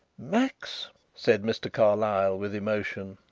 max said mr. carlyle, with emotion,